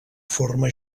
forma